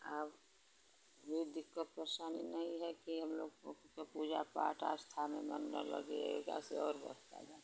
अब कोई दिक्कत परेशानी नहीं रहती है हम लोग को पूजा पाठ आस्था में मन न लगे योगा से और बढ़ता जाता है